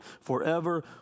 forever